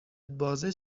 بازه